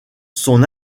son